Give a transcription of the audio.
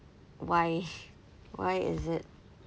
why why is it